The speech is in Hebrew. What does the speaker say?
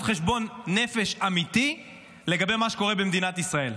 חשבון נפש אמיתי לגבי מה שקורה במדינת ישראל.